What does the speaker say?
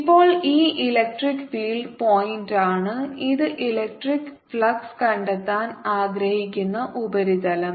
ഇപ്പോൾ ഇ electric field പോയിന്റാണ് ഇത് ഇലക്ട്രിക് ഫ്ലക്സ് കണ്ടെത്താൻ ആഗ്രഹിക്കുന്ന ഉപരിതലം